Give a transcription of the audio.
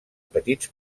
petits